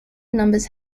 numbers